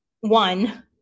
one